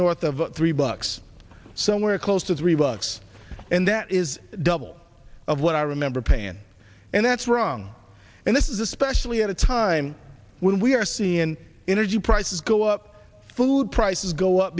north of three bucks somewhere close to three bucks and that is double of what i remember pain and that's wrong and this is especially at a time when we are seeing energy prices go up food prices go up